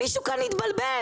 מישהו כאן התבלבל.